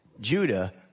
Judah